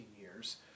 years